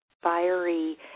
fiery